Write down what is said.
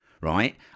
right